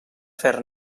fer